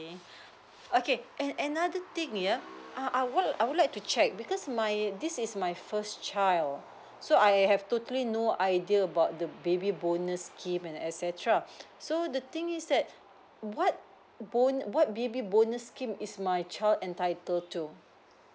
okay and another thing yeah err I would I would like to check because my this is my first child so I have totally no idea about the baby bonus scheme and etcetera so the thing is that what bon~ what baby bonus scheme is my child entitled to